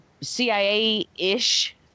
cia-ish